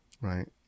right